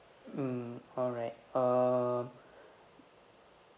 mm alright uh